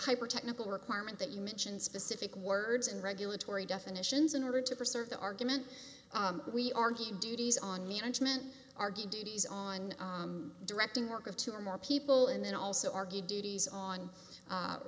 hyper technical requirement that you mention specific words and regulatory definitions in order to preserve the argument we argue duties on me and him and argue duties on directing work of two or more people and then also argue duties on